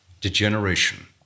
Degeneration